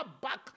back